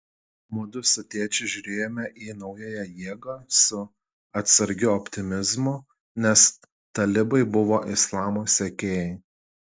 mudu su tėčiu žiūrėjome į naująją jėgą su atsargiu optimizmu nes talibai buvo islamo sekėjai